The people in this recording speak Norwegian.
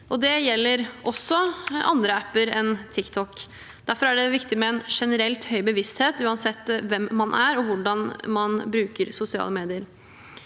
det gjelder også andre apper enn TikTok. Derfor er det viktig med en generelt høy bevissthet, uansett hvem man er og hvordan man bruker sosiale medier.